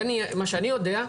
כי מה שאני יודע,